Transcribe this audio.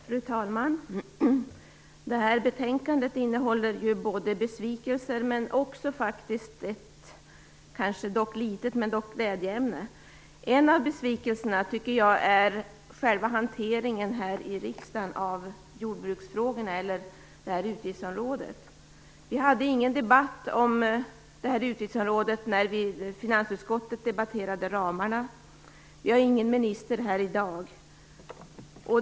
Fru talman! Detta betänkande innehåller besvikelser men faktiskt också ett litet glädjeämne. En av besvikelserna gäller själva hanteringen i riksdagen av det här utgiftsområdet, jordbruksfrågorna. Vi hade ingen debatt om detta utgiftsområde när finansutskottet debatterade ramarna. Vi har ingen minister här i dag.